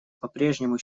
попрежнему